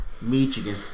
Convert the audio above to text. Michigan